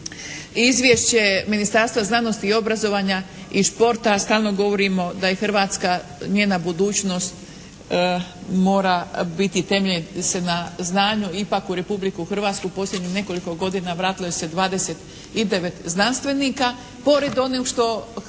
Izvješće Ministarstva znanosti i obrazovanja i športa stalno govorimo da je Hrvatska njena budućnost mora biti temeljiti se na znanju. Ipak u Republiku Hrvatsku u posljednjih nekoliko godina vratilo se 29 znanstvenika, pored onih što hrvatski